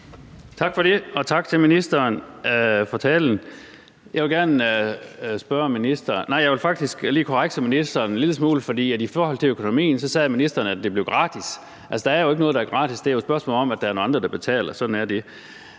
Tak for det, og tak til ministeren for talen. Jeg vil faktisk lige korrekse ministeren en lille smule, for i forhold til økonomien sagde ministeren, at det blev gratis. Altså, der er jo ikke noget, der er gratis. Det er jo et spørgsmål om, at der er nogle andre, der betaler. Sådan er det.